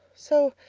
so.